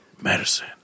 medicine